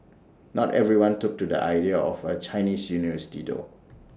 not everyone took to the idea of A Chinese university though